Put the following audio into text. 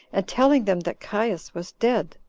and telling them that caius was dead.